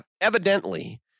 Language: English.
evidently